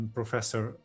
professor